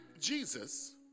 Jesus